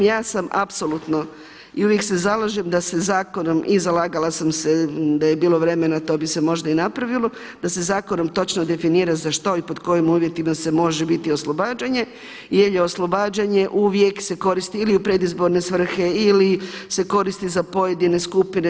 Ja sam apsolutno i uvijek se zalažem da se zakonom, i zalagala sam se da je bilo vremena to bi se možda i napravilo, da se zakonom točno definira za što i pod kojim uvjetima se može biti oslobađanje jer je oslobađanje uvijek se koristi ili u predizborne svrhe, ili se koristi za pojedine skupine.